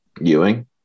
Ewing